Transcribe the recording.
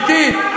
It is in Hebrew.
גברתי,